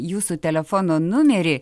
jūsų telefono numerį